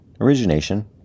origination